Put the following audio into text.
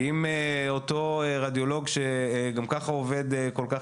כי אם אותו רדיולוג שגם ככה עובד כל כך